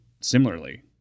similarly